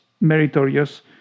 meritorious